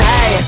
Hey